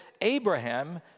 Abraham